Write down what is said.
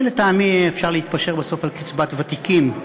לטעמי אפשר להתפשר בסוף על קצבת ותיקים,